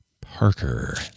parker